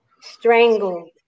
Strangled